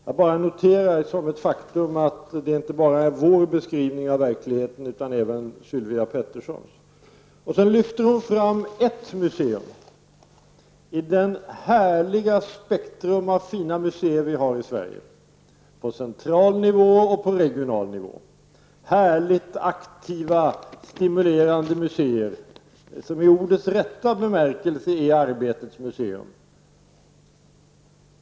Jag bara noterar som ett faktum att det inte bara är vår beskrivning av verkligheten utan även Sylvia Petterssons. Sedan lyfter hon fram ett museum i det härliga spektrum av fina museer som vi har i Sverige, på central nivå och på regional nivå, härligt aktiva, stimulerande museer, som i ordets rätta bemärkelse är arbetets museum.